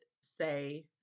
say